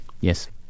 Yes